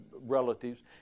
relatives